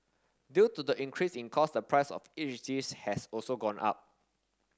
due to the increase in cost the price of each dish has also gone up